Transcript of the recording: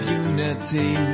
unity